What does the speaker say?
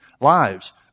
lives